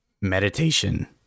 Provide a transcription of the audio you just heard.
Meditation